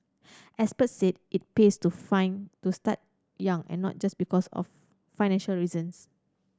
experts said it pays to find to start young and not just because of financial reasons